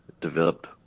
developed